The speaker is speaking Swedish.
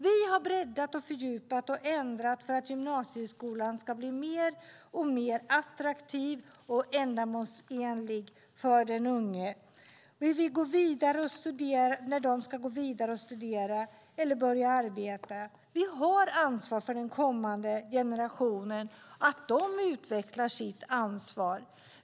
Vi har breddat, fördjupat och ändrat gymnasieskolan så att den ska bli alltmer attraktiv och ändamålsenlig för de unga som ska gå vidare och studera eller börja arbeta. Vi har ansvar för att den kommande generationen utvecklar sitt ansvar.